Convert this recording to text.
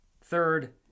third